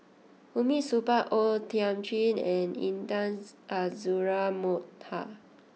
Hamid Supaat O Thiam Chin and Intan Azura Mokhtar